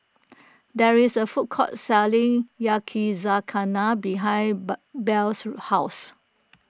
there is a food court selling Yakizakana behind bar Blair's house